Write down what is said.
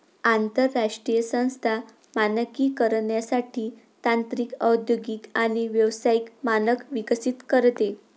आंतरराष्ट्रीय संस्था मानकीकरणासाठी तांत्रिक औद्योगिक आणि व्यावसायिक मानक विकसित करते